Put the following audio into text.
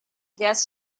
guest